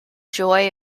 joy